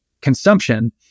consumption